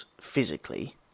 physically